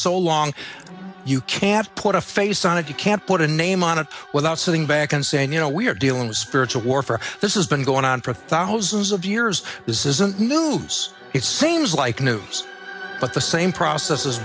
so long you can't put a face on it you can't put a name on it without sitting back and saying you know we're dealing with spiritual warfare this is been going on for thousands of years this isn't new it seems like news but the same process has